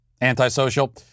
antisocial